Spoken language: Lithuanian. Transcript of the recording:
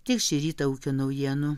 tiek šį rytą ūkio naujienų